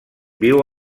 viu